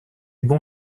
bons